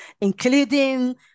including